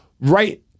right